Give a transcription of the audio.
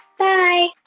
bye